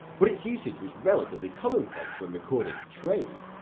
but its usage was relatively common place when recording trade.